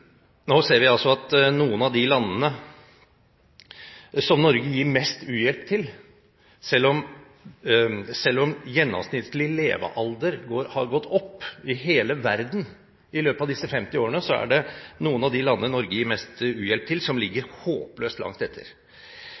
Selv om gjennomsnittlig levealder har gått opp i hele verden i løpet av disse 50 årene, er det noen av de landene som Norge gir mest u-hjelp til, som ligger håpløst langt etter.